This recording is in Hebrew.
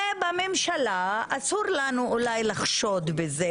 ובממשלה אסור לנו אולי לחשוד בזה,